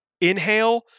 inhale